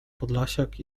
podlasiak